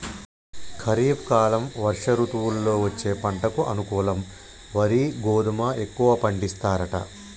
ఖరీఫ్ కాలం వర్ష ఋతువుల్లో వచ్చే పంటకు అనుకూలం వరి గోధుమ ఎక్కువ పండిస్తారట